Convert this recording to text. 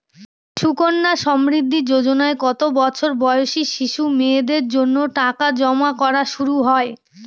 সুকন্যা সমৃদ্ধি যোজনায় কত বছর বয়সী শিশু মেয়েদের জন্য টাকা জমা করা শুরু হয়?